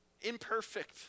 Imperfect